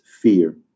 fear